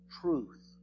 truth